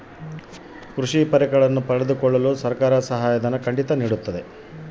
ಕೃಷಿ ಪರಿಕರಗಳನ್ನು ಪಡೆದುಕೊಳ್ಳಲು ಸರ್ಕಾರ ಸಹಾಯಧನ ನೇಡುತ್ತದೆ ಏನ್ರಿ?